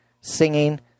singing